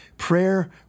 Prayer